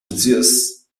zeus